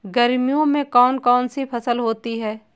गर्मियों में कौन कौन सी फसल होती है?